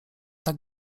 tak